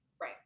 right